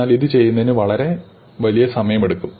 എന്നാൽ ഇത് ചെയ്യുന്നതിന് വളരെ വലിയ സമയമെടുക്കും